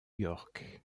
york